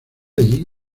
allí